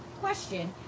Question